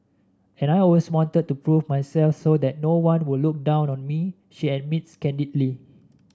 and I always wanted to prove myself so that no one would look down on me she admits candidly